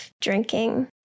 drinking